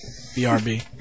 BRB